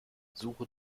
suche